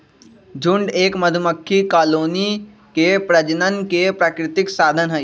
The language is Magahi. झुंड एक मधुमक्खी कॉलोनी के प्रजनन के प्राकृतिक साधन हई